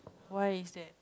what is that